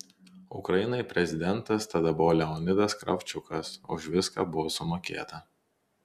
ukrainai prezidentas tada buvo leonidas kravčiukas už viską buvo sumokėta